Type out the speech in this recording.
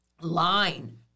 line